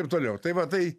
ir toliau tai va tai